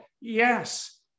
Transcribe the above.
Yes